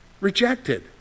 Rejected